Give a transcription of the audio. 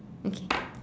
okay